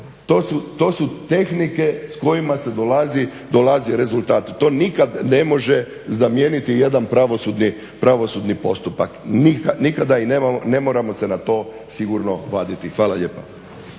to su tehnike kojima se dolazi do rezultata. To nikad ne može zamijeniti jedan pravosudni postupak, nikada i ne moramo se na to sigurno vaditi. Hvala lijepa.